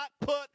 put